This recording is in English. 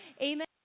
Amen